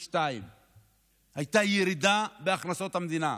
הייתה ירידה בהכנסות המדינה.